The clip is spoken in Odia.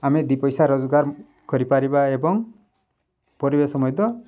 ଆମେ ଦୁଇପଇସା ରୋଜଗାର କରିପାରିବା ଏବଂ ପରିବେଶ ମଧ୍ୟ